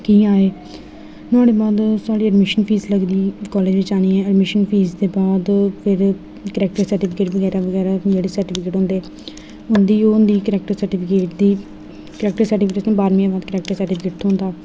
कि'यां नुआढ़े बाद साढ़ी एडमिशन फीस लगदी कालेज बिच्च आह्नियै एडमिशन फीस दे बाद फिर करैक्टर सर्टीफिकेट बगैरा बगैरा नुआढ़े सर्टीफिकेट होंदे उं'दी ओह् होंदी करैक्टर सर्टीफिकेट दी करैक्टर सर्टीफिकेट बाह्रमीं दे बाद करैक्टर सर्टीफिकेट थोंह्दा